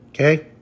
Okay